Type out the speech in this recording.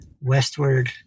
westward